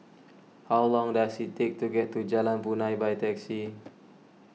how long does it take to get to Jalan Punai by taxi